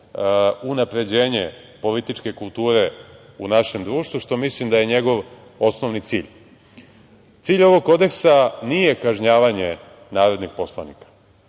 unapređenje političke kulture u našem društvu što mislim da je njegov osnovni cilj. Cilj ovog kodeksa nije kažnjavanje narodnih poslanika.